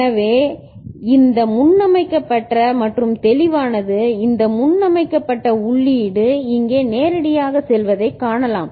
எனவே இந்த முன்னமைக்கப்பட்ட மற்றும் தெளிவானது இந்த முன்னமைக்கப்பட்ட உள்ளீடு இங்கே நேரடியாகச் செல்வதைக் காணலாம்